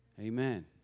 Amen